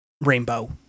rainbow